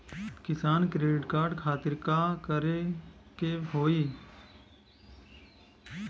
किसान credit card खातिर का करे के होई?